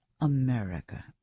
America